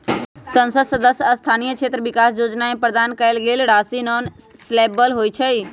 संसद सदस्य स्थानीय क्षेत्र विकास जोजना में प्रदान कएल गेल राशि नॉन लैप्सबल होइ छइ